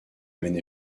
maine